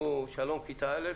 אנחנו ב"שלום כיתה א'"